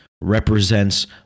represents